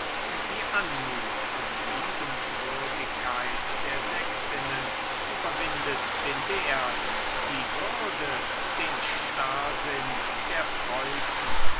die anmut und liebenswürdigkeit der sächsinnen überwindet den wert die würde den starrsinn der preußen